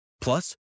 Plus